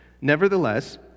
Nevertheless